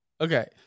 Okay